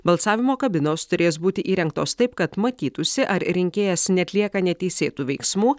balsavimo kabinos turės būti įrengtos taip kad matytųsi ar rinkėjas neatlieka neteisėtų veiksmų